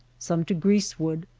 some to grease wood,